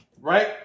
right